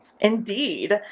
Indeed